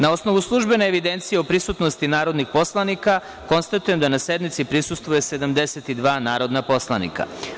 Na osnovu službene evidencije o prisutnosti narodnih poslanika, konstatujem da sednici prisustvuje 72 narodna poslanika.